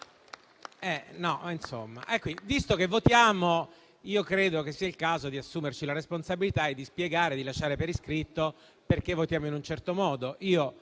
Visto che votiamo, credo sia il caso di assumerci la responsabilità e di spiegare, lasciandolo per iscritto, perché votiamo in un certo modo.